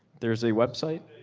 there's a website.